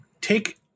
take